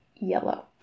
yellow